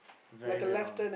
very very